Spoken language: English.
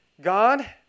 God